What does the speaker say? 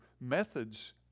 methods